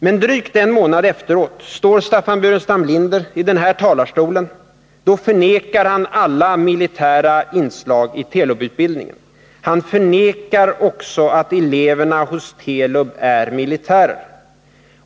Men drygt en månad efteråt står Staffan Burenstam Linder i denna talarstol och förnekar alla militära inslag i Telub-utbildningen. Han förnekar också att eleverna hos Telub är militärer.